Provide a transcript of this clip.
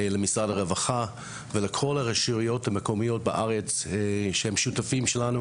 למשרד הרווחה ולכל הרשויות המקומיות בארץ שהן שותפות שלנו.